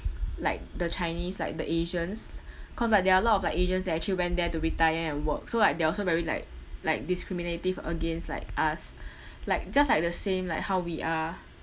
like the chinese like the asians cause like there are a lot of like asians that actually went there to retire and work so like they are also very like like discriminative against like us like just like the same like how we are